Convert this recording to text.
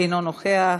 אינו נוכח.